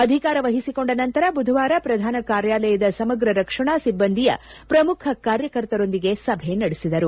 ಅಧಿಕಾರ ವಹಿಸಿಕೊಂಡ ನಂತರ ಬುಧವಾರ ಪ್ರಧಾನ ಕಾರ್ಕಾಲಯದ ಸಮಗ್ರ ರಕ್ಷಣಾ ಸಿಬ್ಬಂದಿಯ ಪ್ರಮುಖ ಕಾರ್ಯಕರ್ತರೊಂದಿಗೆ ಸಭೆ ನಡೆಸಿದರು